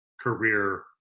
career